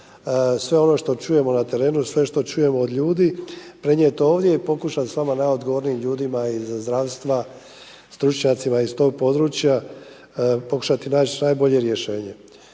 sve ono što čujemo na terenu, sve ono što čujemo od ljudi prenijeti ovdje i pokušati s vama najodgovornijim ljudima iz zdravstva, stručnjacima iz tog područja pokušati naći najbolje rješenje.